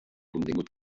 contingut